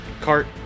Cart